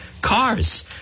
cars